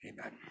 amen